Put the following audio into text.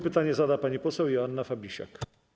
Pytanie zada pani poseł Joanna Fabisiak.